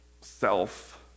self